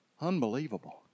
Unbelievable